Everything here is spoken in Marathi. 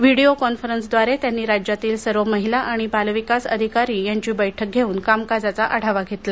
व्हिडिओ कॉन्फरन्सद्वारे त्यांनी राज्यातील सर्व महिला आणि बालविकास अधिकारी यांची बैठक घेऊन कामकाजाचा आढावा घेतला